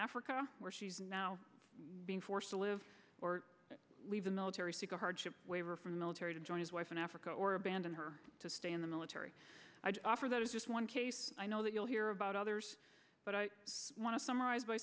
africa where she's now being forced to live or leave the military secret hardship waiver from the military to join his wife in africa or abandon her to stay in the military i offer that is just one case i know that you'll hear about others but i want to summarize by